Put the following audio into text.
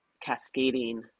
cascading